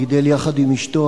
גידל יחד עם אשתו,